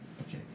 okay